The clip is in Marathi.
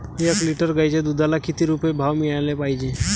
एक लिटर गाईच्या दुधाला किती रुपये भाव मिळायले पाहिजे?